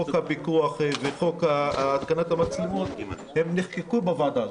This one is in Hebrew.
חוק הפיקוח וחוק התקנת המצלמות נחקקו בוועדה.